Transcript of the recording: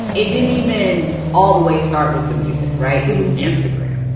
it didn't even all the way start with the music, right? it was instagram.